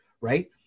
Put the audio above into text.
Right